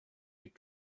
les